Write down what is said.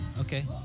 Okay